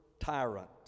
tyrant